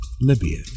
Libya